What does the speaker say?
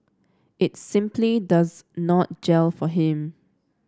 it's simply does not gel for him